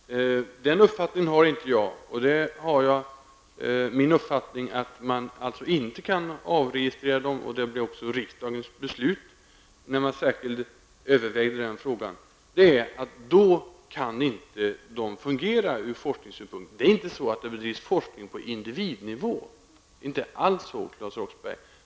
Fru talman! Den uppfattningen har inte jag. Min uppfattning är att man inte kan avregistrera dessa uppgifter, och det blev också riksdagens beslut när man särskilt övervägde den frågan. Om man gör detta kan registren inte fungera ur forskningssynpunkt. Det är inte alls så, att det bedrivs forskning på individnivå, Claes Roxbergh.